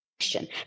question